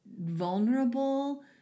vulnerable